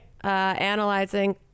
analyzing